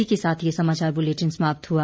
इसी के साथ ये समाचार बुलेटिन समाप्त हुआ